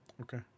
Okay